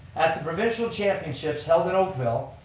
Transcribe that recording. at the provincial championships held in oakville,